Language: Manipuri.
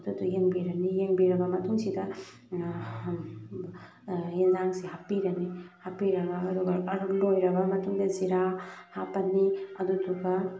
ꯑꯗꯨꯗꯣ ꯌꯦꯡꯕꯤꯔꯅꯤ ꯌꯦꯡꯕꯤꯔꯕ ꯃꯇꯨꯡꯁꯤꯗ ꯌꯦꯡꯖꯥꯡꯁꯦ ꯍꯥꯞꯄꯤꯔꯅꯤ ꯍꯥꯞꯄꯤꯔꯒ ꯑꯗꯨꯒ ꯑꯗꯨ ꯂꯣꯏꯔꯕ ꯃꯇꯨꯡꯗ ꯖꯤꯔꯥ ꯍꯥꯞꯄꯅꯤ ꯑꯗꯨꯗꯨꯒ